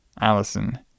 Allison